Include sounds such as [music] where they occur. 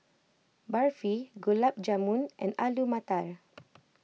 Barfi Gulab Jamun and Alu Matar [noise]